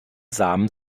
samen